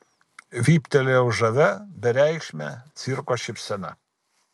vyptelėjau žavia bereikšme cirko šypsena